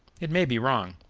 it may be wrong.